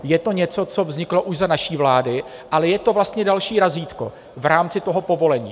Je to něco, co vzniklo už za naší vlády, ale je to vlastně další razítko v rámci toho povolení.